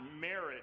merit